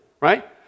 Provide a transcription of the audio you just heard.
right